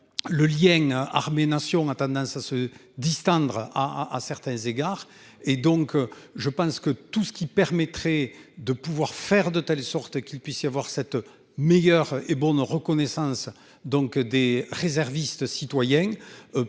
Le lien armée nation a tendance à se distendre à à certains égards, et donc je pense que tout ce qui permettrait de pouvoir faire de telle sorte qu'il puisse y avoir cette meilleure et Bourne reconnaissance donc des réservistes citoyen.